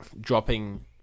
dropping